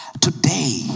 Today